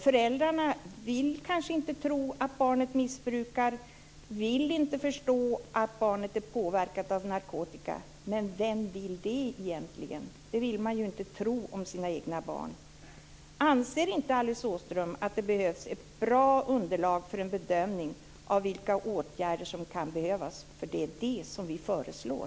Föräldrarna vill kanske inte tro att barnet missbrukar, vill inte förstå att barnet är påverkat av narkotika. Men vem vill det, egentligen? Det vill man ju inte tro om sina egna barn. Anser inte Alice Åström att det behövs ett bra underlag för en bedömning av vilka åtgärder som kan behövas? Det är det vi föreslår.